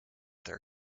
their